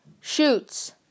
Shoots